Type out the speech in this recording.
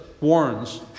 warns